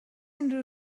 unrhyw